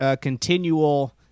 continual